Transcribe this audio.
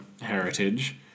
Heritage